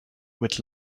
with